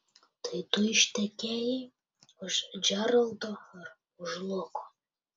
tai tu ištekėjai už džeraldo ar už luko